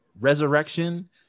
resurrection